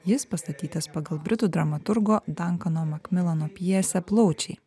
jis pastatytas pagal britų dramaturgo dankano makmilano pjesę plaučiai